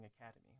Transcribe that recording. academy